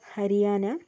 Haryana